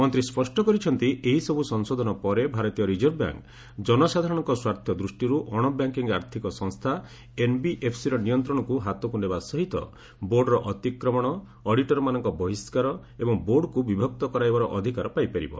ମନ୍ତ୍ରୀ ସ୍ୱଷ୍ଟ କରିଛନ୍ତି ଏହିସବୁ ସଂଶୋଧନ ପରେ ଭାରତୀୟ ରିଜର୍ଭ ବ୍ୟାଙ୍କ ଜନସାଧାରଣଙ୍କ ସ୍ୱାର୍ଥ ଦୃଷ୍ଟିରୁ ଅଣବ୍ୟାଙ୍କିଙ୍ଗ୍ ଆର୍ଥିକ ସଂସ୍ଥା ଏନ୍ବିଏଫ୍ସିର ନିୟନ୍ତ୍ରଣକୁ ହାତକୁ ନେବା ସହିତ ବୋର୍ଡ଼ର ଅତିକ୍ରମଣ ଅଡିଟର୍ମାନଙ୍କ ବହିଷ୍କାର ଏବଂ ଏହି ବୋର୍ଡ଼କୁ ବିଭକ୍ତ କରାଇବାର ଅଧିକାର ପାଇପାରିବ